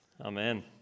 Amen